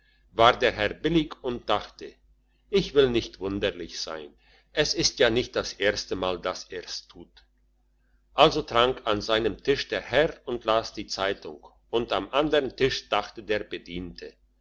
war der herr billig und dachte ich will nicht wunderlich sein es ist ja nicht das erste mal dass er's tut also trank an seinem tisch der herr und las die zeitung und am andern tisch dachte der bediente